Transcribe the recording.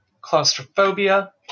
Claustrophobia